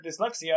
dyslexia